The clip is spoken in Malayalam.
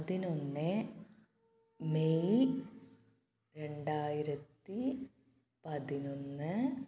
പതിനൊന്ന് മേയ് രണ്ടായിരത്തി പതിനൊന്ന്